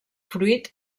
fruit